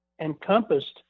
encompassed